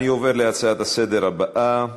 אני עובר להצעה הבאה לסדר-היום,